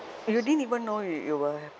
you didn't even know you you were